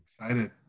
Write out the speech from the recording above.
Excited